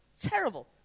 Terrible